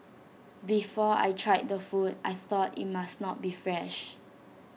before I tried the food I thought IT must not be fresh